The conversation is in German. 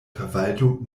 verwaltung